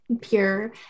pure